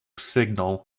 signal